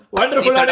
Wonderful